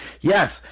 Yes